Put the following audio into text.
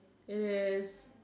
it is